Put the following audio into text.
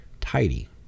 tidy